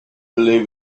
believe